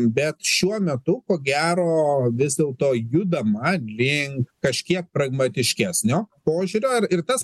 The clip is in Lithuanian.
bet šiuo metu ko gero vis dėlto judama link kažkiek pragmatiškesnio požiūrio i ir tas